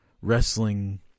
wrestling